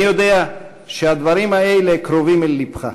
אני יודע שהדברים האלה קרובים אל לבך.